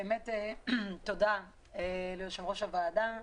תודה ליושב-ראש הוועדה.